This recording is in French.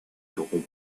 n’auront